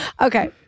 Okay